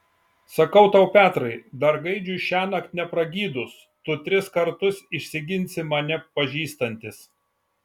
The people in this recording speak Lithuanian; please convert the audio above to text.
sakau tau petrai dar gaidžiui šiąnakt nepragydus tu tris kartus išsiginsi mane pažįstantis